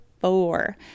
four